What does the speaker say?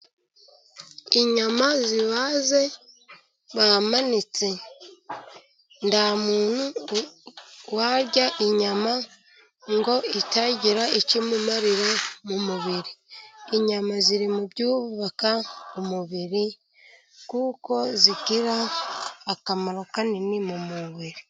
Inyama zibaze bamanitse, nta muntu warya inyama ngo itagira icyo imumarira mu mubiri, inyama ziri mu byubaka umubiri kuko zigira akamaro kanini mu mubiri.